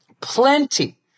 Plenty